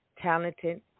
talented